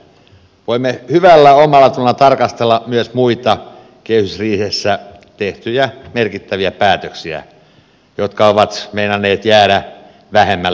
voimme hyvällä omallatunnolla tarkastella myös muita kehysriihessä tehtyjä merkittäviä päätöksiä jotka ovat meinanneet jäädä vähemmälle huomiolle